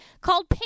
called